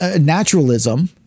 naturalism